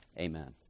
Amen